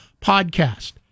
podcast